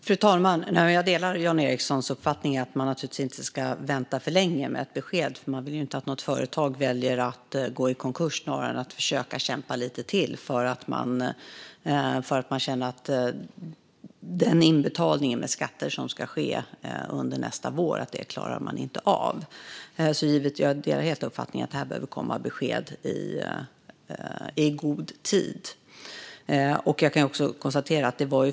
Fru talman! Jag delar Jan Ericsons uppfattning att man naturligtvis inte ska vänta för länge med ett besked. Vi vill ju inte att något företag ska välja att gå i konkurs i stället för att försöka kämpa lite till på grund av att man känner att man inte klarar av skatteinbetalningen nästa vår. Jag delar helt uppfattningen att det behöver komma besked i god tid.